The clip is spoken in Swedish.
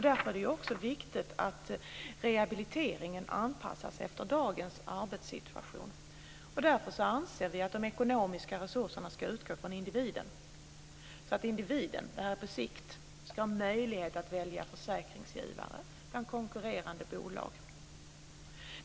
Därför är det viktigt att rehabiliteringen anpassas efter dagens arbetssituation. De ekonomiska resurserna bör då utgå från individen, så att individen på sikt ska ha möjlighet att välja försäkringsgivare bland konkurrerande bolag.